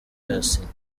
yasinye